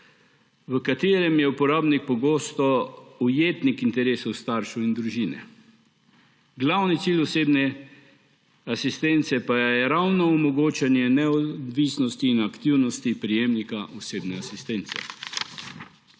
v katerem je uporabnik pogosto ujetnik interesov staršev in družine. Glavni cilj osebne asistence pa je ravno omogočanje neodvisnosti in aktivnosti prejemnika osebne asistence.